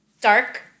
dark